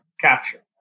capture